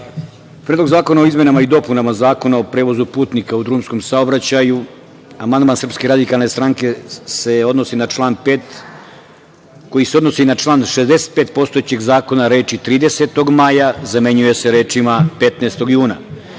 Predlog zakona o izmenama i dopunama Zakona o prevozu putnika u drumskom saobraćaju, amandman SRS se odnosi na član 5. koji se odnosi na član 65. postojećeg zakona, reči "30. maja" zamenjuju se rečima "15. juna",